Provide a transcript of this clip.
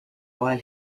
while